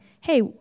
hey